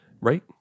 Right